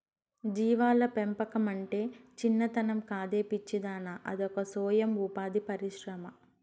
జీవాల పెంపకమంటే చిన్నతనం కాదే పిచ్చిదానా అదొక సొయం ఉపాధి పరిశ్రమ